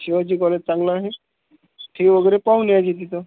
Shivaji college चांगलं आहे fee वगैरे पाहून यायची तिथं